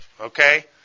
okay